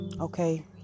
okay